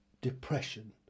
depression